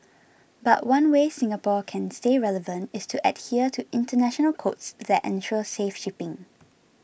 but one way Singapore can stay relevant is to adhere to international codes that ensure safe shipping